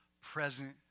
present